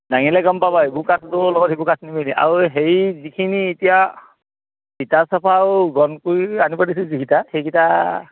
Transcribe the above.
দাঙিলে গম পাবা এইবোৰ কাঠটোৰ লগত সেইবোৰ কাঠ নিমিলে আৰু হেৰি যিখিনি এতিয়া তিতাচপা আৰু গণ কৰি আনিব দিছোঁ যিকেইটা সেইকেইটা